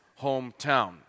hometown